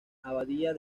abadía